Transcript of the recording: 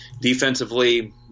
Defensively